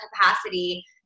capacity